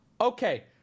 Okay